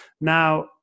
now